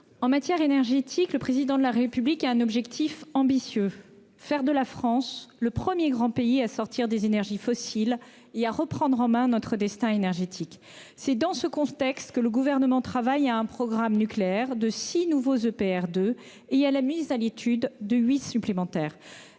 en matière énergétique, le Président de la République a un objectif ambitieux : faire de la France le premier grand pays à sortir des énergies fossiles et à reprendre en main son destin énergétique. C'est dans ce contexte que le Gouvernement travaille à un programme nucléaire de six nouveaux EPR 2 et à la mise à l'étude de huit réacteurs supplémentaires.